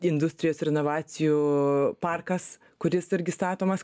industrijos ir inovacijų parkas kuris irgi statomas